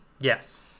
Yes